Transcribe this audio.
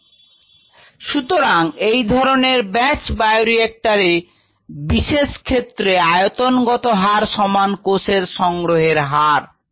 rxVrgVdxdt rxdxdt সুতরাং এই ধরনের ব্যাচ বায়োরিয়েক্টর বিশেষ ক্ষেত্রে আয়তনগত হার সমান কোষের সংগ্রহের হারের ঘনত্ত